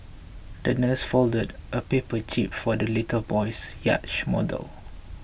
the nurse folded a paper jib for the little boy's yacht model